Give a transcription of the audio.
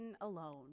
alone